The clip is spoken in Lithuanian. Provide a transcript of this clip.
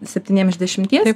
septyniem iš dešimties